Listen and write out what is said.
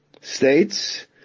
states